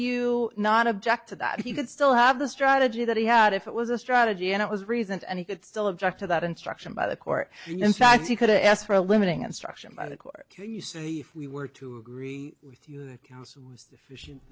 you not object to that he would still have the strategy that he had if it was a strategy and it was reasoned and he could still object to that instruction by the court and in fact you could ask for a limiting instruction by the court when you say if we were to agree with you that council was deficient